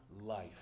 life